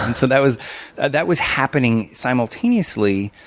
and so that was that was happening simultaneously.